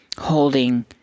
holding